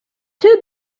too